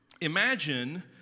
Imagine